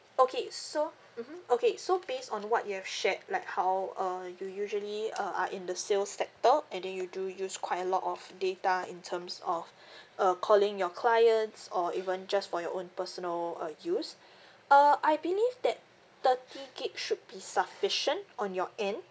okay so mmhmm okay so based on what you have shared like how uh you usually uh are in the sales sector and then you do use quite a lot of data in terms of uh calling your clients or even just for your own personal uh use uh I believe that thirty gig should be sufficient on your end